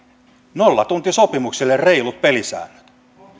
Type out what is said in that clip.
nollatuntisopimuksille reilut pelisäännöt